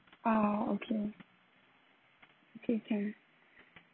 ah okay okay can